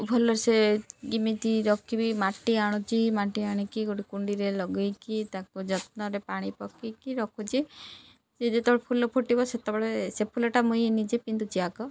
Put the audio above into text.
ଭଲସେ କିମିତି ରଖିବି ମାଟି ଆଣୁଛି ମାଟି ଆଣିକି ଗୋଟେ କୁଣ୍ଡିରେ ଲଗେଇକି ତାକୁ ଯତ୍ନରେ ପାଣି ପକେଇକି ରଖୁଛି ସେ ଯେତେବେଳେ ଫୁଲ ଫୁଟିବ ସେତେବେଳେ ସେ ଫୁଲଟା ମୁଇଁ ନିଜେ ପିନ୍ଧୁଛି ଆଗ